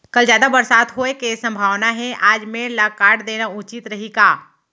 कल जादा बरसात होये के सम्भावना हे, आज मेड़ ल काट देना उचित रही का?